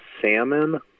salmon